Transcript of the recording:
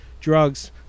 drugs